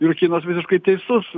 jurkynas visiškai teisus